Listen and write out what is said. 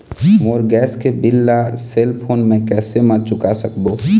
मोर gas के bill ला cell phone से कैसे म चुका सकबो?